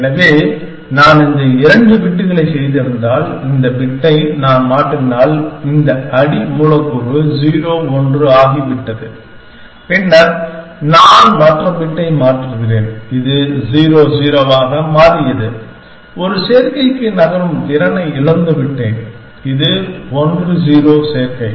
எனவே நான் இந்த இரண்டு பிட்களைச் செய்திருந்தால் இந்த பிட்டை நான் மாற்றினால் இந்த அடி மூலக்கூறு 0 1 ஆகிவிட்டது பின்னர் நான் மற்ற பிட்டை மாற்றுகிறேன் இது 0 0 ஆக மாறியது ஒரு சேர்க்கைக்கு நகரும் திறனை இழந்துவிட்டேன் இது 1 0 சேர்க்கை